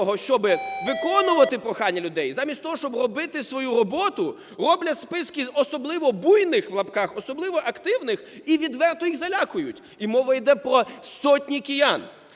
щоби виконувати прохання людей, замість того, щоб робити свою роботу, роблять списки особливо "буйних" (в лапках), особливо активних і відверто їх залякують. І мова йде про сотні киян.